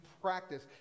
practice